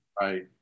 Right